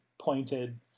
pointed